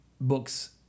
books